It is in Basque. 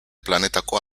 planetako